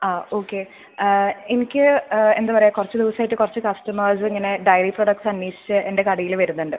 ആ ഓക്കേ എനിക്ക് എന്താണ് പറയുക കുറച്ച് ദിവസമായിട്ട് കുറച്ച് കസ്റ്റമേഴ്സ് ഇങ്ങനെ ഡയറി പ്രൊഡക്റ്റ്സ് അന്വേഷിച്ച് എൻ്റെ കടയിൽ വരുന്നുണ്ട്